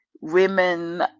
women